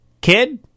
kid